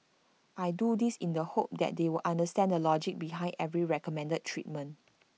I do this in the hope that they will understand the logic behind every recommended treatment